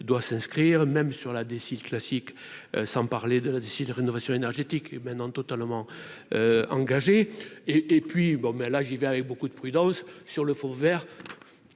doit s'inscrire, même sur la décide, classique, sans parler de la rénovation énergétique est maintenant totalement engagé et et puis bon ben là j'y vais avec beaucoup de prudence sur le fond Vert